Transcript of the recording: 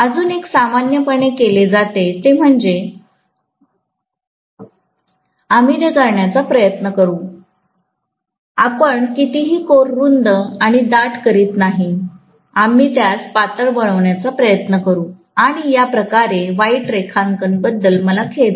अजून एक सामान्यपणे केले जाते आम्ही ते करण्याचा प्रयत्न करते आपण कधीही कोर रुंद आणि दाट करीत नाही आम्ही त्यास पातळ बनवण्याचा प्रयत्न करते आणि या प्रकारच्या वाईट रेखांकना बद्दल मला खेद आहे